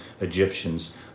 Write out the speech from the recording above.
Egyptians